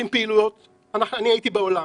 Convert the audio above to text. אני הייתי בעולם.